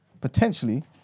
potentially